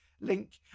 link